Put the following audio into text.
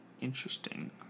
interesting